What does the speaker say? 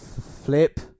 flip